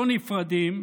לא נפרדים,